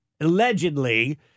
allegedly